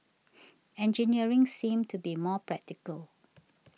engineering seemed to be more practical